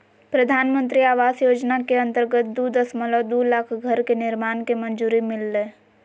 प्रधानमंत्री आवास योजना के अंतर्गत दू दशमलब दू लाख घर के निर्माण के मंजूरी मिललय